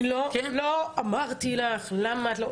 אני לא אמרתי לך למה את אומרת את זה,